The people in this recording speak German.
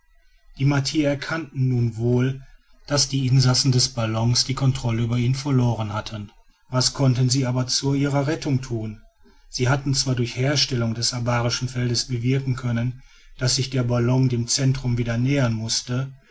die martier erkannten nun wohl daß die insassen des ballons die kontrolle über ihn verloren hatten was konnten sie aber zu ihrer rettung tun sie hätten zwar durch herstellung des abarischen feldes bewirken können daß sich der ballon dem zentrum wieder nähern mußte